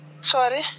Sorry